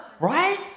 Right